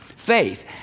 Faith